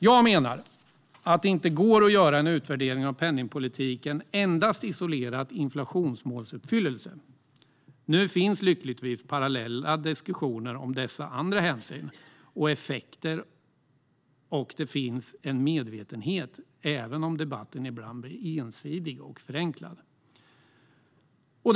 Jag menar att det inte går att göra en utvärdering av penningpolitiken endast isolerat till inflationsmålsuppfyllelse. Nu finns lyckligtvis parallella diskussioner om dessa andra hänsyn och effekter, och även om debatten ibland är ensidig och förenklad finns det en medvetenhet.